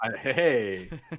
Hey